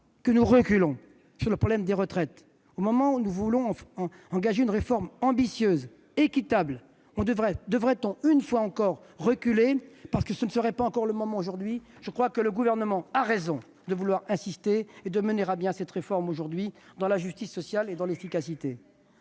que nous reculons sur ce problème ! Comme si rien n'avait été fait avant ! Au moment où nous voulons engager une réforme ambitieuse et équitable, devrait-on une fois encore reculer, parce que ce ne serait pas encore le moment ? Je crois que le Gouvernement a raison de vouloir insister et mener à bien cette réforme aujourd'hui, dans la justice sociale et dans l'efficacité.